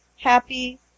Happy